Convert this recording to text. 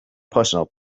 personal